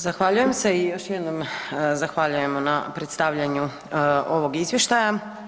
Zahvaljujem se i još jednom zahvaljujemo na predstavljanju ovog izvještaja.